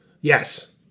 Yes